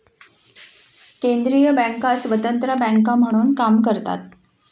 केंद्रीय बँका स्वतंत्र बँका म्हणून काम करतात